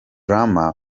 rama